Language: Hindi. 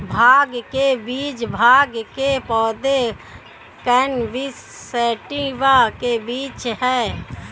भांग के बीज भांग के पौधे, कैनबिस सैटिवा के बीज हैं